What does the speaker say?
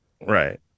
Right